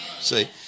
See